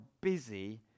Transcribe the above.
busy